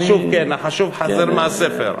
כן, החשוב חסר מהספר.